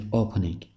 opening